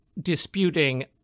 disputing